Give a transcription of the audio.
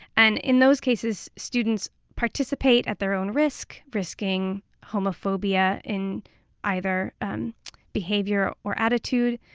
and in those cases, students participate at their own risk, risking homophobia in either behavior or attitude,